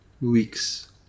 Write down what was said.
weeks